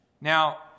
Now